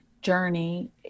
journey